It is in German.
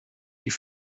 die